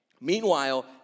Meanwhile